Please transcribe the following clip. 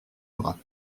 bras